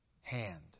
hand